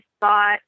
thought